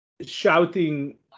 shouting